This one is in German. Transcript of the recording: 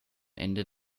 ende